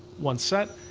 once set,